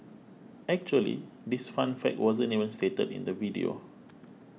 actually this fun fact wasn't even stated in the video